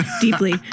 deeply